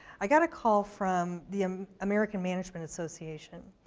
i got a call from the um american management association.